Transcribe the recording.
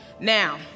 Now